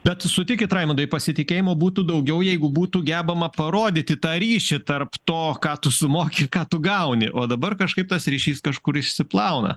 bet sutikit raimundai pasitikėjimo būtų daugiau jeigu būtų gebama parodyti tą ryšį tarp to ką tu sumoki ką tu gauni o dabar kažkaip tas ryšys kažkur išsiplauna